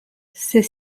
ces